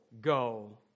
go